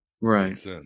right